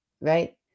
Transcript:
right